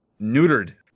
neutered